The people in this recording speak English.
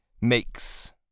makes